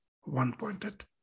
one-pointed